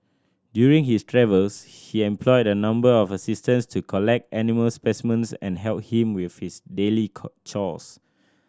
during his travels he employed a number of assistants to collect animal specimens and help him with his daily chores